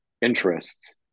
interests